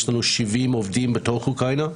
יש לנו 70 עובדים בתוך אוקראינה.